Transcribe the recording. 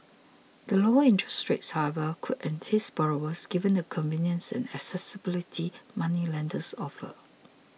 the lower interests rates however could entice borrowers given the convenience and accessibility moneylenders offer